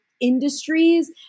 industries